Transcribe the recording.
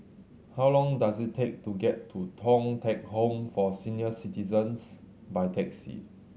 how long does it take to get to Thong Teck Home for Senior Citizens by taxi